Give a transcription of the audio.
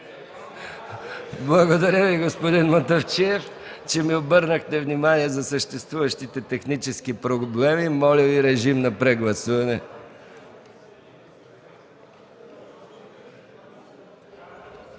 Благодаря, господин Мутафчиев, че обърнахте внимание върху съществуващи технически проблеми. Моля, режим на прегласуване.